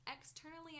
externally